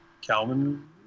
Calvin